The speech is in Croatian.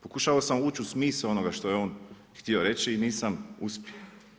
Pokušao sam ući u smisao onoga što je on htio reći i nisam uspio.